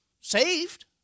Saved